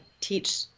teach